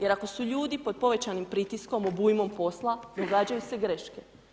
Jer ako su ljudi pod povećanim pritiskom, obujmom posla, događaju se greške.